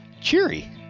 cheery